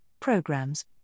programs